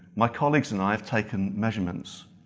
my colleagues and i have taken measurements,